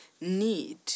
need